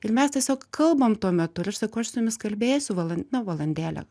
ir mes tiesiog kalbam tuo metu ir aš sakau aš su jumis kalbėsiu valan na valandėlę